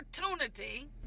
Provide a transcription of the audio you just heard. opportunity